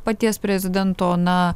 paties prezidento na